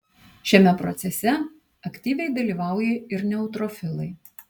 šiame procese aktyviai dalyvauja ir neutrofilai